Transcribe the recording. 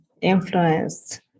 influenced